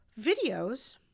videos